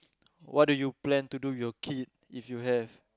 what do you plan to do with your kid if you have